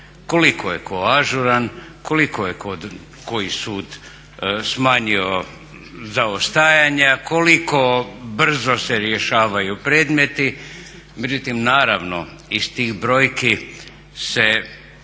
Koliko je tko ažuran, koliko je koji sud smanjio zaostajanja, koliko brzo se rješavaju predmeti. Međutim naravno iz tih brojki se